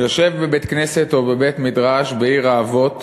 הוא יושב בבית-כנסת או בבית-מדרש בעיר האבות